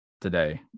today